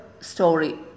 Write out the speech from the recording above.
story